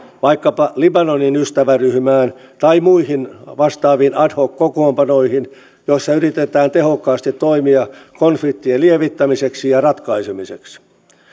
vaikkapa libanon ystäväryhmään tai muihin vastaaviin ad hoc kokoonpanoihin joissa yritetään tehokkaasti toimia konfliktien lievittämiseksi ja ratkaisemiseksi